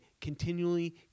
continually